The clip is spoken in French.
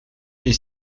est